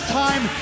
time